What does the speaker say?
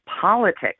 Politics